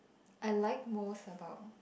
I like most about